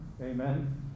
amen